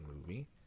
movie